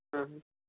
हम्म